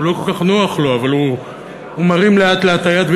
לא כל כך נוח לו אבל הוא מרים לאט-לאט את היד,